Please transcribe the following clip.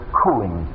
cooling